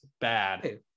bad